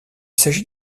s’agit